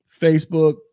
Facebook